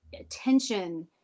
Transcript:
attention